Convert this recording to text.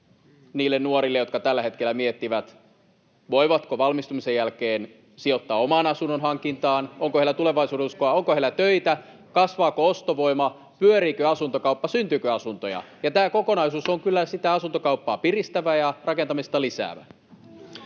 niille nuorille, jotka tällä hetkellä miettivät, voivatko valmistumisen jälkeen sijoittaa oman asunnon hankintaan. Onko heillä tulevaisuudenuskoa, onko heillä töitä, kasvaako ostovoima, pyöriikö asuntokauppa, syntyykö asuntoja. Tämä kokonaisuus on kyllä sitä asuntokauppaa piristävä ja rakentamista lisäävä.